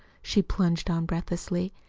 she plunged on breathlessly,